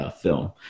film